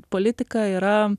politika yra